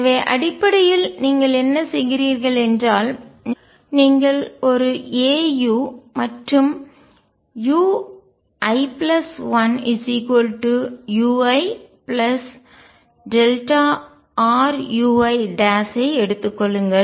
எனவே அடிப்படையில் நீங்கள் என்ன செய்கிறீர்கள் என்றால் நீங்கள் ஒரு a u மற்றும் ui1uirui ஐ எடுத்துக் கொள்ளுங்கள்